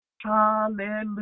hallelujah